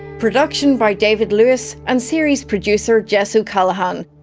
production by david lewis and series producer jess o'callaghan,